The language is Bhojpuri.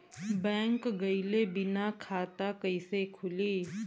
बैंक गइले बिना खाता कईसे खुली?